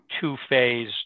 two-phase